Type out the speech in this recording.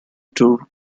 tour